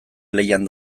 lehian